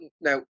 now